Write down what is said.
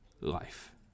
life